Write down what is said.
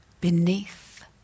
beneath